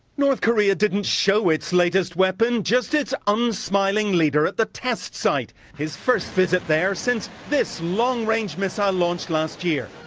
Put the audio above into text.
north korea didn't show the latest weapon, just its unsmiling leader at the test site. his first visit there since this long-range missile launch last year.